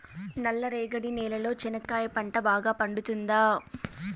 నల్ల రేగడి నేలలో చెనక్కాయ పంట బాగా పండుతుందా?